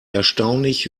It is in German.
erstaunlich